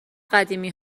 قدیمی